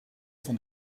van